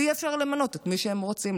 ויהיה אפשר למנות את מי שהם רוצים.